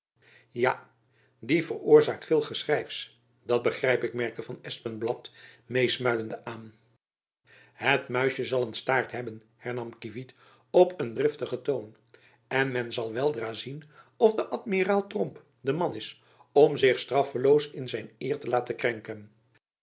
ja die veroorzaakt veel geschrijfs dat begrijp ik merkte van espenblad meesmuilende aan het muisjen zal een staart hebben hernam kievit op een driftigen toon en men zal weldra zien of de amiraal tromp de man is om zich straffeloos in zijn eer te laten krenken